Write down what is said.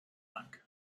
lang